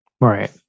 Right